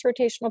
rotational